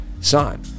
sign